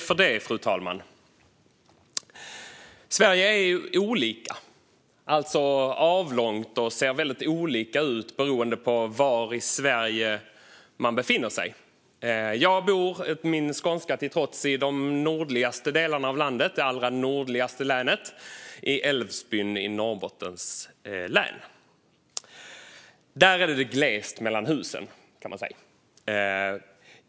Fru talman! Sverige är avlångt och ser väldigt olika ut beroende på var i landet man befinner sig. Jag bor, min skånska till trots, i de nordligaste delarna av landet, i det allra nordligaste länet - i Älvsbyn i Norrbottens län. Där är det glest mellan husen, kan man säga.